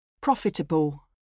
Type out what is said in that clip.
Profitable